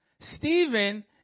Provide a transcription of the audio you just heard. Stephen